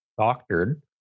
doctored